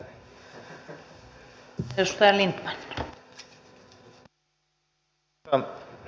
arvoisa rouva puhemies